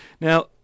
Now